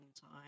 time